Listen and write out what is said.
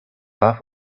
puff